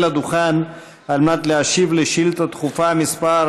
לדוכן על מנת להשיב לשאילתה דחופה מס'